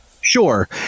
Sure